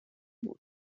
بود